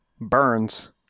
burns